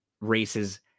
races